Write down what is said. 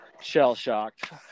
shell-shocked